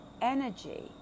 energy